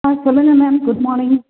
ஆ சொல்லுங்க ma'am good morning